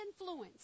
influence